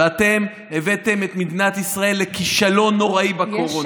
ואתם הבאתם את מדינת ישראל לכישלון נוראי בקורונה.